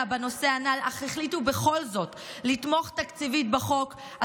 לנושא הנ"ל אך החליטו לתמוך תקציבית בחוק בכל זאת,